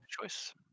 Choice